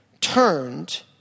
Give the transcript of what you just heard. turned